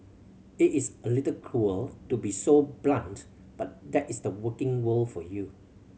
it is a little cruel to be so blunt but that is the working world for you